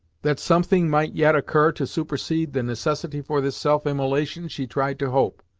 that something might yet occur to supersede the necessity for this self immolation she tried to hope,